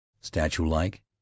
Statue-like